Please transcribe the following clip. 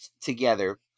together